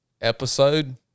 episode